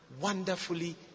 wonderfully